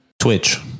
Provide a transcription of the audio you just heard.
Twitch